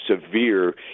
severe